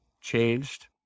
changed